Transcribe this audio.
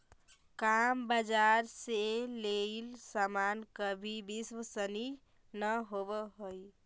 काला बाजार से लेइल सामान कभी विश्वसनीय न होवअ हई